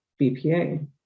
BPA